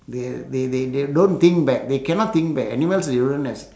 they uh they they they don't think back they cannot think back animals they don't have